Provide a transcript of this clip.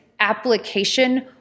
application